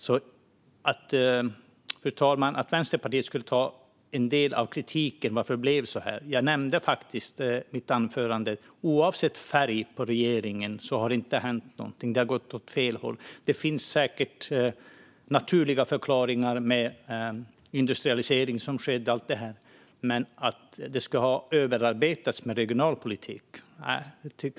När det gäller att Vänsterpartiet skulle ta på sig en del av kritiken mot hur det blev nämnde jag i mitt anförande att det inte har hänt något, oavsett färg på regeringen, utan det har gått åt fel håll. Det finns säkert naturliga förklaringar såsom industrialiseringen som skedde och allt det, men jag tycker inte att det har överarbetats med regional politik.